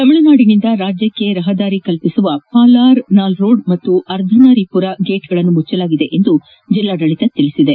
ತಮಿಳುನಾಡಿನಿಂದ ರಾಜ್ಯಕ್ಷೆ ರಹದಾರಿ ಕಲ್ಪಿಸುವ ಪಾಲಾರ್ ನಾಲ್ರೋಡ್ ಮತ್ತು ಅರ್ಧನಾರೀಪುರ ಗೇಟ್ಗಳನ್ನು ಮುಚ್ದಲಾಗಿದೆ ಎಂದು ಜೆಲ್ಲಾಡಳಿತ ಹೇಳದೆ